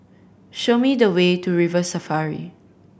show me the way to River Safari